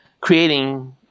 creating